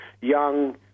Young